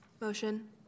Motion